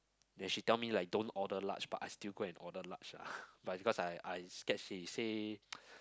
then she tell me like don't order large but I still go and order large ah but because I I scared she say